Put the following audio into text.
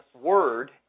Word